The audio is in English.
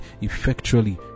effectually